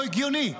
לא הגיוני,